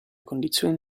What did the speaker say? condizioni